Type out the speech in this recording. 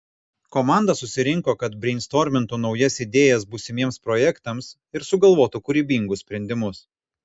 komanda susirinko kad breistormintų naujas idėjas būsimiems projektams ir sugalvotų kūrybingus sprendimus